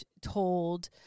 told